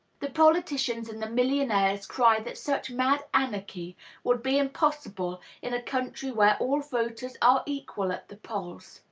the politicians and the millionaires cry that such mad anarchy would be impossible in a country where all voters are equal at the polls.